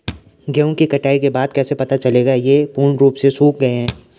गेहूँ की कटाई के बाद कैसे पता चलेगा ये पूर्ण रूप से सूख गए हैं?